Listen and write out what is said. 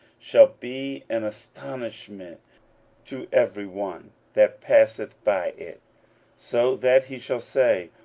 shall be an astonishment to every one that passeth by it so that he shall say,